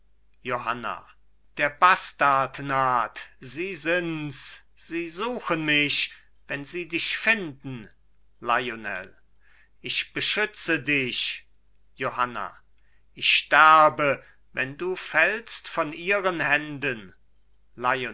johanna der bastard naht sie sinds sie suchen mich wenn sie dich finden lionel ich beschütze dich johanna ich sterbe wenn du fällst von ihren händen